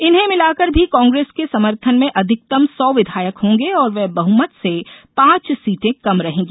इन्हें मिलाकर भी कांग्रेस के समर्थन में अधिकतम सौ विधायक होंगे और वह बहुमत से पांच सीटें कम रहेगी